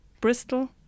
Bristol